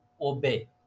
obey